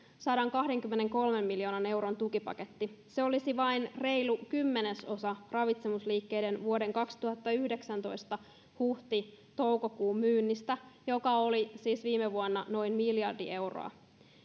sadankahdenkymmenenkolmen miljoonan euron tukipaketti se olisi vain reilu kymmenesosa ravitsemusliikkeiden vuoden kaksituhattayhdeksäntoista huhti toukokuun myynnistä joka oli siis viime vuonna noin miljardi euroa